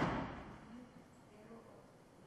לא לבכירים.